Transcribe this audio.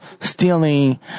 stealing